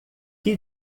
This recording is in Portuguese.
que